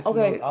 Okay